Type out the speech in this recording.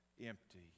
empty